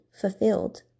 fulfilled